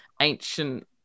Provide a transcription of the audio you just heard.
ancient